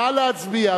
נא להצביע.